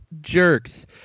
jerks